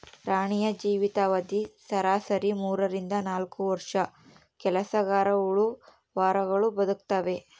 ರಾಣಿಯ ಜೀವಿತ ಅವಧಿ ಸರಾಸರಿ ಮೂರರಿಂದ ನಾಲ್ಕು ವರ್ಷ ಕೆಲಸಗರಹುಳು ವಾರಗಳು ಬದುಕ್ತಾವೆ